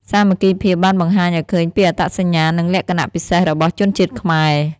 សាមគ្គីភាពបានបង្ហាញឱ្យឃើញពីអត្តសញ្ញាណ និងលក្ខណៈពិសេសរបស់ជនជាតិខ្មែរ។